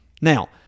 Now